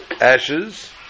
ashes